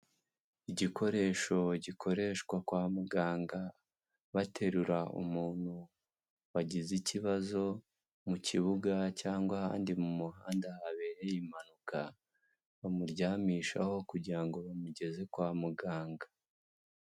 Igikoresho gikoreshwa kwa muganga baterura umuntu wagize ikibazo mu kibuga cyangwa ahandi mu muhanda habereye impanuka, bamuryamishaho kugira ngo bamugeze kwa muganga.